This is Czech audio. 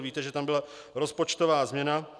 Víte, že tam byla rozpočtová změna.